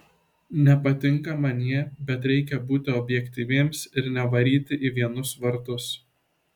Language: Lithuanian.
nepatinka man jie bet reikia būti objektyviems ir nevaryti į vienus vartus